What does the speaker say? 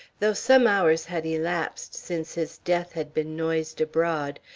though some hours had elapsed since his death had been noised abroad,